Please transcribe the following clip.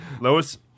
Lois